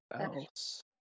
else